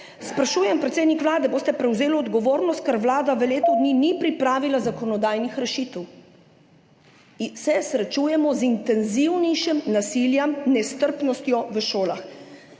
Sprašujem, predsednik Vlade: Boste prevzeli odgovornost, ker Vlada v letu dni ni pripravila zakonodajnih rešitev? Srečujemo se z intenzivnejšim nasiljem, nestrpnostjo v šolah.